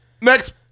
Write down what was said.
Next